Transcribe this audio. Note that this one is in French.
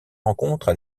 rencontres